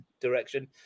direction